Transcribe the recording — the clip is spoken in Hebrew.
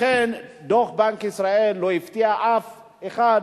לכן דוח בנק ישראל לא הפתיע אף אחד,